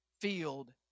field